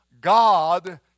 God